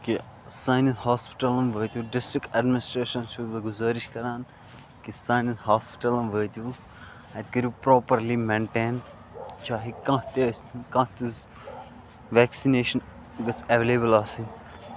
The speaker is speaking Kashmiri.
کہِ سانین ہوسپِٹَلن وٲتِو ڈِسٹرک ایڈمِنِسٹریشنَس چھُس بہٕ گُزٲرِش کران کہِ سانین ہوسپِٹلَن وٲتِو اَتہِ کٔرِو پروپَرلی مینٹین چاہے کانہہ تہِ ٲسۍتَن کانہہ تہِ ویکسِنیشَن گٔژھ ایویلیبٔل آسٕنۍ